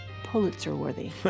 Pulitzer-worthy